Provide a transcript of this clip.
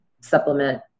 supplement